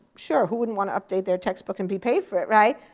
sure, who wouldn't want to update their textbook and be paid for it, right?